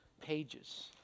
pages